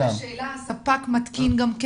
הספק גם מתקין?